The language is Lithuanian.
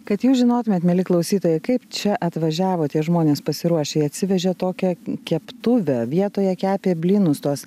kad jūs žinotumėt mieli klausytojai kaip čia atvažiavo tie žmonės pasiruošę jie atsivežė tokią keptuvę vietoje kepė blynus tuos